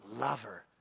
lover